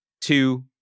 Two